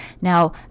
now